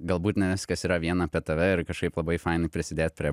galbūt ne viskas yra vien apie tave ir kažkaip labai faina prisidėt prie